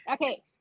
Okay